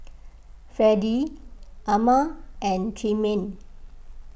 Fredie Ama and Tremaine